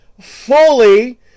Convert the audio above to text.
fully